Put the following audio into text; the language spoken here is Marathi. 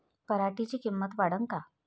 पराटीची किंमत वाढन का?